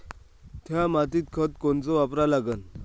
थ्या मातीत खतं कोनचे वापरा लागन?